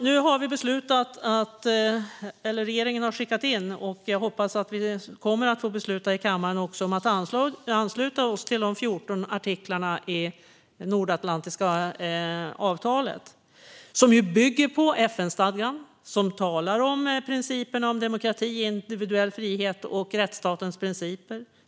Nu har regeringen skickat in en ansökan, och jag hoppas vi i kammaren också kommer att få besluta att ansluta oss till de 14 artiklarna i det nordatlantiska avtalet, som ju bygger på FN-stadgan och talar om principerna om demokrati, individuell frihet och rättsstatens principer.